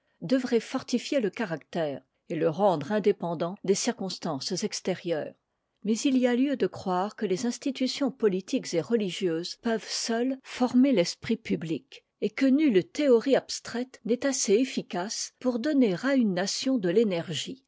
devrait fortifier le caractère et le rendre indépendant des circonstances extérieures mais il y a lieu'de croire que les institutions politiques et religieuses peuvent seules former l'esprit public et que nulle théorie abstraite n'est assez efficace pour donner à une nation de l'énergie